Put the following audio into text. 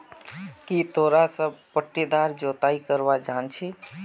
की तोरा सब पट्टीदार जोताई करवा जानछी